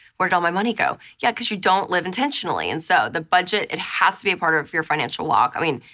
where did all my money go? yeah, because you don't live intentionally. and so the budget has to be a part of your financial walk. i mean,